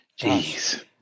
Jeez